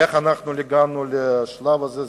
איך הגענו למצב הזה?